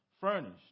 furnished